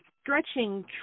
stretching